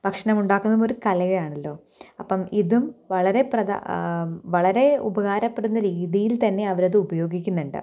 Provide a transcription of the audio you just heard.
ഭക്ഷണമുണ്ടാക്കുന്നതുമൊരു കലയാണല്ലോ അപ്പോള് ഇതും വളരെ പ്രധാ വളരേ ഉപകാരപ്പെടുന്ന രീതിയിൽ തന്നെ അവരത് ഉപയോഗിക്കുന്നുണ്ട്